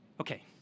Okay